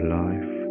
life